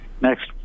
next